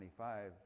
25